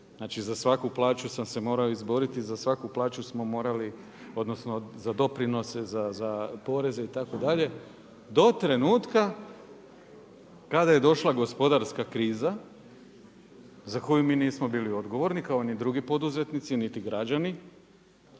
znači za svaku plaću sam se morao izboriti, za svaku plaću smo morali, odnosno za doprinose, za poreze itd. do trenutka kada je došla gospodarska kriza za koju mi nismo bili odgovorni kao ni drugi poduzetnici, niti građani